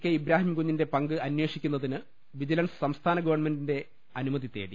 K ഇബ്രാഹിംകുഞ്ഞിന്റെ പങ്ക് അന്വേഷിക്കുന്നതിന് വിജിലൻസ് സംസ്ഥാന ഗവൺമെന്റിന്റെ അനുമതി തേടി